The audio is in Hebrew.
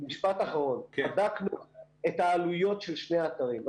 משפט אחרון בדקנו את העלויות של שני האתרים.